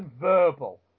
verbal